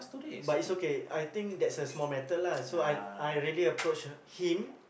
but is okay I think that's a small matter lah so I I already approach her him